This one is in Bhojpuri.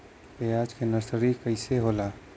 प्याज के नर्सरी कइसे होला?